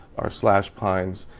our slash pines.